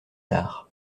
tard